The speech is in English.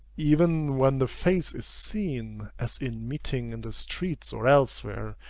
even when the face is seen, as in meeting in the streets or elsewhere,